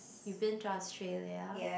you've been to Australia